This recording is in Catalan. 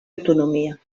autonomia